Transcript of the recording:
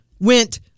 went